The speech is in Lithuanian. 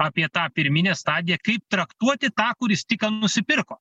apie tą pirminę stadiją kaip traktuoti tą kuris tik ką nusipirko